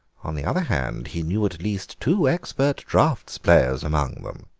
on the other hand, he knew at least two expert draughts players among them.